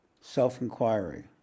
self-inquiry